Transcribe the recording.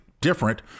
different